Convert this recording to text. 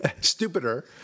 stupider